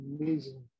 amazing